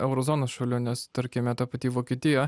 euro zonos šalių nes tarkime ta pati vokietija